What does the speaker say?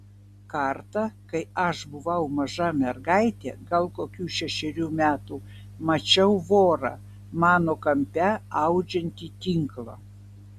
kartą kai aš buvau maža mergaitė gal kokių šešerių metų mačiau vorą namo kampe audžiantį tinklą